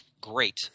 great